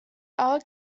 all